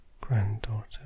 granddaughter